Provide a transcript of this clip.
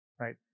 right